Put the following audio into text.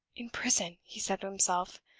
in prison! he said to himself.